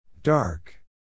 Dark